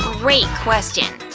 great question!